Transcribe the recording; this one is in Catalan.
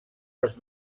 als